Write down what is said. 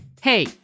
Hey